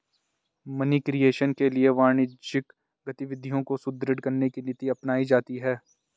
money creation के लिए वाणिज्यिक गतिविधियों को सुदृढ़ करने की नीति अपनाई जाती है